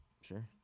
Sure